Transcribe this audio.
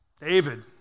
David